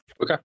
Okay